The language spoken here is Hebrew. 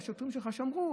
השוטרים שלך שמרו.